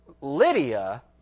Lydia